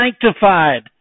sanctified